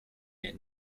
der